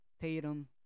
Tatum